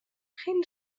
خیلی